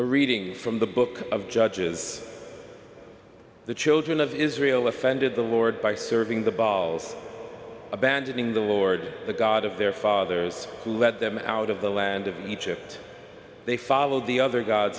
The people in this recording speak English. a reading from the book of judges the children of israel offended the lord by serving the bowels abandoning the lord the god of their fathers who let them out of the land of egypt they followed the other g